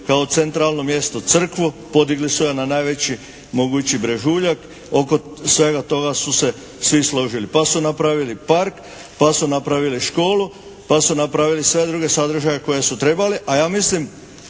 kao centralno mjesto, crkvu podigli su je na najveći mogući brežuljak. Oko svega toga su se svi složili. Pa su napravili park, pa su napravili školu, pa su napravili sve druge sadržaje koje su trebali. A ja mislim